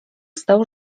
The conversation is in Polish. stał